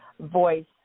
voice